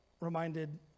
reminded